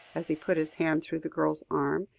as he put his hand through the girl's arm,